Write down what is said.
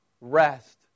rest